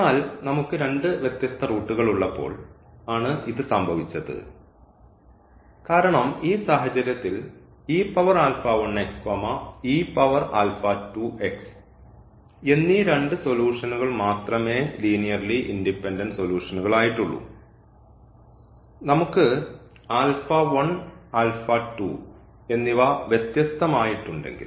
എന്നാൽ നമുക്ക് രണ്ട് വ്യത്യസ്ത റൂട്ടുകൾ ഉള്ളപ്പോൾ ആണ് ഇത് സംഭവിച്ചത് കാരണം ഈ സാഹചര്യത്തിൽ എന്നീ രണ്ട് സൊലൂഷൻഉകൾ മാത്രമേ ലീനിയർലി ഇൻഡിപെൻഡൻറ് സൊലൂഷൻഉകൾ ആയിട്ടുള്ളൂ നമുക്ക് എന്നിവ വ്യത്യസ്തമായിട്ടുണ്ടെങ്കിൽ